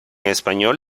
español